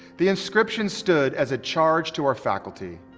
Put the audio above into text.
the inscription stood as a charge to our faculty.